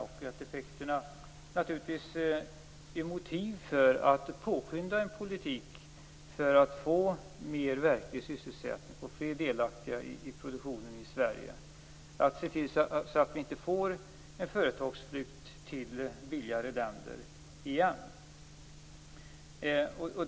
De utgör naturligtvis ett motiv för att påskynda en politik för att få mer reell sysselsättning och fler delaktiga i produktionen i Sverige. Man måste se till att det inte återigen blir en företagsflykt till länder med lägre kostnadsläge.